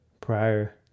prior